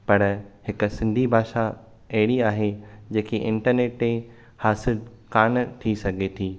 पर हिकु सिंधी भाषा एहिड़ी आहे जेकी इंटरनेट ते हासिलु कान्ह थी सघे थी